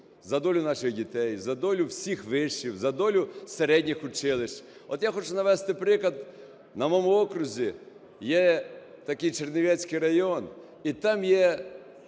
за долю наших дітей, за долю всіх вишів, за долю середніх училищ. От я хочу навести приклад. На моєму окрузі є такий Чернівецький район і там є